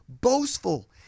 boastful